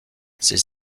ses